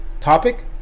Topic